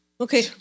Okay